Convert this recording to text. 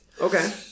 Okay